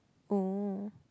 oh